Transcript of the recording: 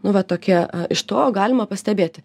nu va tokie iš to galima pastebėti